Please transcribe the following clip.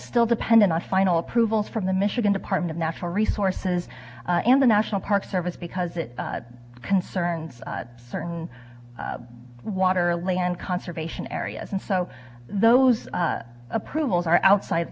still dependent on final approval from the michigan department of natural resources and the national park service because it concerns certain water land conservation areas and so those approvals are outside